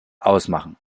ausmachen